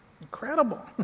Incredible